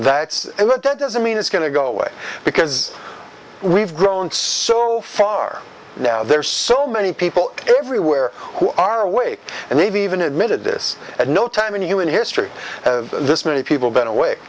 what that doesn't mean it's going to go away because we've grown so far now there's so many people everywhere who are awake and they've even admitted this at no time in human history this many people been away